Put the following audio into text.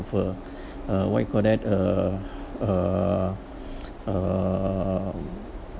a what you call that uh uh uh